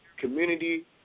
community